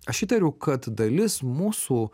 aš įtariu kad dalis mūsų